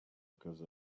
because